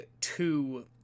two